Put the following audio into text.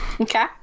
okay